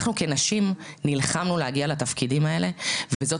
אנחנו כנשים נלחמנו להגיע לתפקידים האלה וזאת